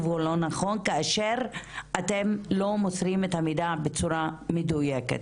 הוא לא נכון כאשר אתם לא מוסרים את המידע בצורה מדוייקת.